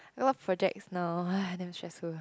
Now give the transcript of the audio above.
eh what projects now !hais! damn stressful